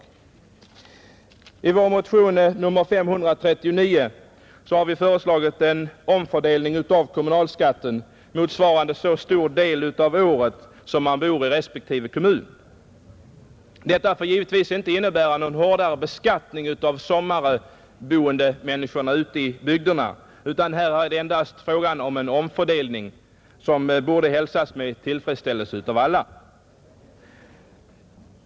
I vår motion nr 589 har vi föreslagit en omfördelning av kommunalskatten så att den motsvarar den del av året som man bor i respektive kommun. Detta får givetvis inte innebära någon hårdare beskattning av de sommarboende människorna ute i bygderna, utan här är det endast fråga om en omfördelning som borde hälsas med tillfredsställelse av alla.